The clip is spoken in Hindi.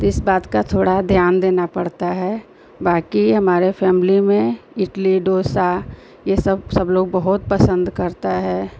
तो इस बात का थोड़ा ध्यान देना पड़ता है बाकी हमारी फ़ैमिली में इडली डोसा यह सब सबलोग बहुत पसन्द करता है